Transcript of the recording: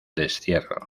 destierro